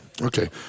Okay